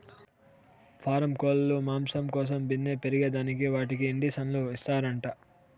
పారం కోల్లు మాంసం కోసం బిన్నే పెరగేదానికి వాటికి ఇండీసన్లు ఇస్తారంట